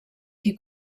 qui